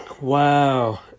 Wow